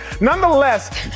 Nonetheless